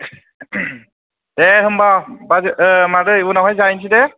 दे होनबा बाजै मादै उनावहाय जाहैसै दे